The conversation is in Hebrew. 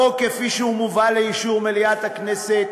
החוק כפי שהוא מובא לאישור מליאת הכנסת